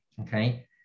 Okay